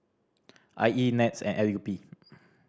I E NETS and L U P